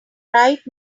right